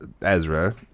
Ezra